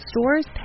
Stores